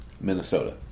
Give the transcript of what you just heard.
Minnesota